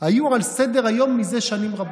היו על סדר-היום מזה שנים רבות.